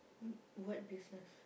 mm what business